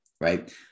right